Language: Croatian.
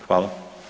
Hvala.